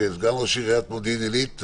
סגן ראש עיריית מודיעין עילית.